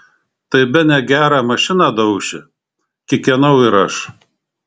tai bene gerą mašiną dauši kikenau ir aš